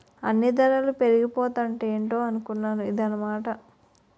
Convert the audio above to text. అన్నీ దరలు పెరిగిపోతాంటే ఏటో అనుకున్నాను ఇదన్నమాట